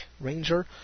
Ranger